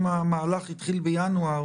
אם המהלך התחיל בינואר,